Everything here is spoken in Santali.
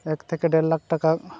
ᱮᱠ ᱛᱷᱮᱠᱮ ᱰᱮᱲ ᱞᱟᱠᱷ ᱴᱟᱠᱟ